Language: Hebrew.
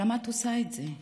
למה את עושה את זה?